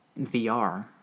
VR